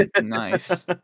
Nice